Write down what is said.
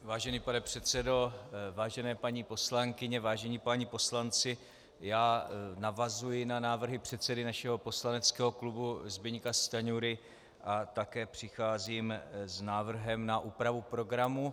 Vážený pane předsedo, vážené paní poslankyně, vážení páni poslanci, já navazuji na návrhy předsedy našeho poslaneckého klubu Zbyňka Stanjury a také přicházím s návrhem na úpravu programu.